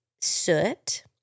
soot